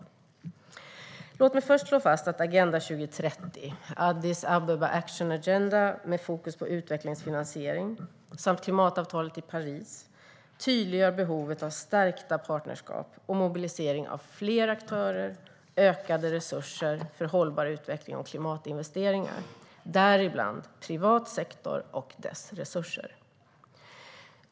Låt mig först slå fast att Agenda 2030, Addis Ababa Action Agenda med fokus på utvecklingsfinansiering samt klimatavtalet i Paris tydliggör behovet av stärkta partnerskap och mobilisering av fler aktörer samt ökade resurser för hållbar utveckling och klimatinvesteringar - däribland privat sektor och dess resurser.